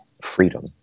freedom